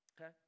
okay